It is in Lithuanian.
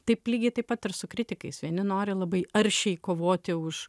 taip lygiai taip pat ir su kritikais vieni nori labai aršiai kovoti už